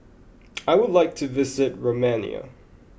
I would like to visit Romania